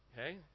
okay